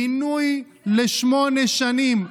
מינוי לשמונה שנים.